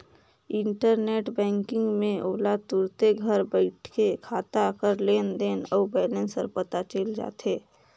internet banking में ओला तुरते घर बइठे खाता कर लेन देन अउ बैलेंस हर पता चइल जाथे